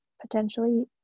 potentially